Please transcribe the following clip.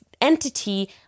entity